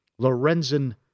Lorenzen